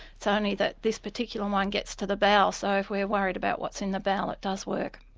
it's ah only that this particular one gets to the bowel so if we are worried about what's in the bowel it does work.